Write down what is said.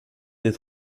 des